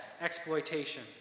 exploitation